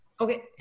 Okay